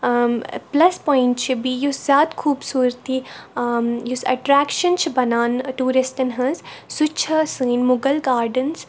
plus point چھِ بیٚیہِ یُس زیادٕ خوبصوٗرَتی یُس ایٚٹراکشَن چھِ بَنان ٹوٗرِسٹَن ہنٛز سُہ چھ سٲنۍ مُغَل گاڈَنٕز